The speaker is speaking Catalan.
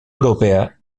europea